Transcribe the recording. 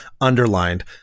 underlined